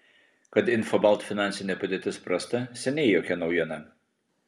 kad infobalt finansinė padėtis prasta seniai jokia naujiena